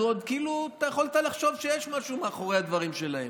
כאילו אתה יכולת לחשוב שיש משהו מאחורי הדברים שלהם.